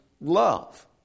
love